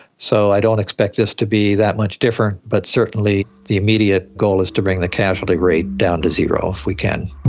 so i don't expect this to be that much different, but certainly the immediate goal is to bring the casualty rate down to zero if we can.